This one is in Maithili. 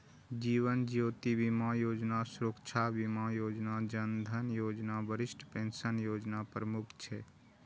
जीवन ज्योति बीमा योजना, सुरक्षा बीमा योजना, जन धन योजना, वरिष्ठ पेंशन योजना प्रमुख छै